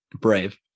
Brave